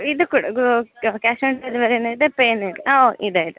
ಇದು ಕೂಡ cash on ಡೆಲಿವರಿನೂ ಇದೆ ಪೇನೂ ಇದೆ ಹಾಂ ಇದೆ ಇದೆ